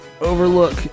overlook